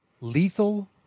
Lethal